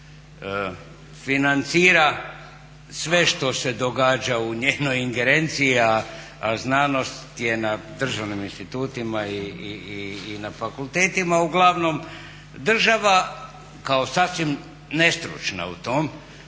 financira sve što se događa u njenoj ingerenciji a znanost je na državnim institutima i na fakultetima, uglavnom država kao sasvim nestručna u tom